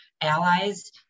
allies